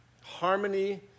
Harmony